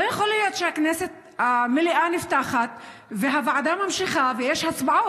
לא יכול להיות שמליאת הכנסת נפתחת והוועדה נמשכת ויש הצבעות.